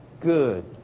good